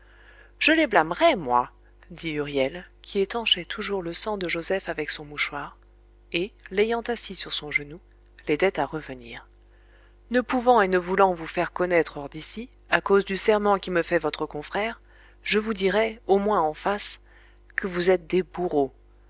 je les blâmerai moi dit huriel qui étanchait toujours le sang de joseph avec son mouchoir et l'ayant assis sur son genou l'aidait à revenir ne pouvant et ne voulant vous faire connaître hors d'ici à cause du serment qui me fait votre confrère je vous dirai au moins en face que vous êtes des bourreaux